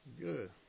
Good